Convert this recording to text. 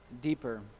deeper